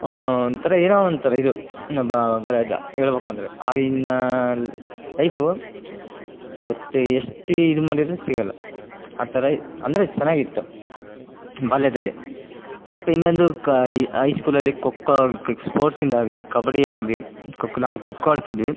ಒಂಥರ ಏನೋ ಒಂಥರ ಇದು ಹೇಳ್ಬೇಕಂದ್ರೆ ಆಗಿನ್ನ ಲೈಫು ಇವತ್ತು ಎಷ್ಟೇ ಇದು ಮಾಡಿದ್ರೂ ಸಿಗೋಲ್ಲ ಆ ಥರ ಅಂದರೆ ಚೆನ್ನಾಗಿತ್ತು ಬಾಲ್ಯದಲ್ಲಿ ಮತ್ತು ಇನ್ನೊಂದು ಕ ಈ ಐಸ್ಕೂಲಲ್ಲಿ ಖೊ ಖೋ ಸ್ಪೋರ್ಟ್ಸಿಂದಾಗಲಿ ಕಬಡ್ಡಿ ಆಗಲಿ ಖೊ ಖೋ ನಾವು ಖೊ ಖೋ ಆಡ್ತಿದ್ವಿ